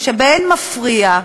שבאין מפריע,